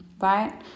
right